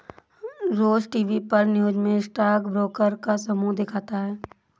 रोज TV पर news में stock broker का समूह दिखता है